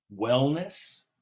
wellness